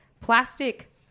plastic